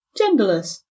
Genderless